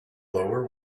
lower